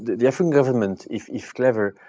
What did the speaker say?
the african government, if if clever,